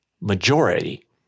majority